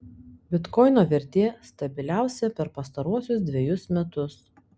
bitkoino vertė stabiliausia per pastaruosius dvejus metus